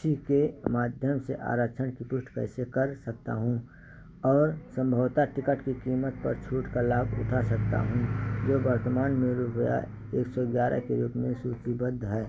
सी के माध्यम से आरक्षण की पुष्टि कैसे कर सकता हूँ और सम्भवतः टिकट की कीमत पर छूट का लाभ उठा सकता हूँ जो वर्तमान में रुपया एक सौ ग्यारह के रूप में सूचीबद्ध है